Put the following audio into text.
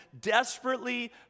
desperately